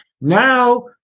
Now